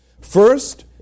First